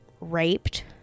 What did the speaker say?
raped